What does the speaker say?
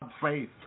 faith